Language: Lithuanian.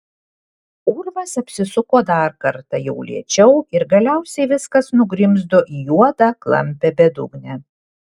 urvas apsisuko dar kartą jau lėčiau ir galiausiai viskas nugrimzdo į juodą klampią bedugnę